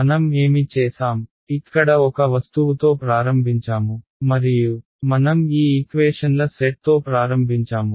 మనం ఏమి చేసాం ఇక్కడ ఒక వస్తువుతో ప్రారంభించాము మరియు మనం ఈ ఈక్వేషన్ల సెట్తో ప్రారంభించాము